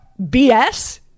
BS